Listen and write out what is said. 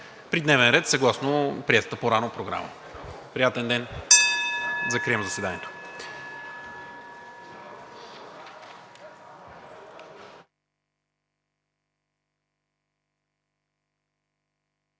при дневен ред съгласно приетата по-рано програма. Приятен ден! Закривам заседанието.